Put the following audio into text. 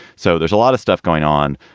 so there's a lot of stuff going on.